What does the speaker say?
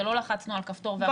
זה לא לחצנו על כפתור והכול נפתח.